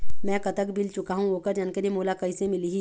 मैं कतक बिल चुकाहां ओकर जानकारी मोला कइसे मिलही?